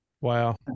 wow